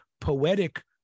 poetic